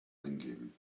eingeben